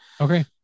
Okay